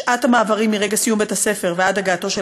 שעת המעברים מרגע סיום בית-הספר ועד הגעתו של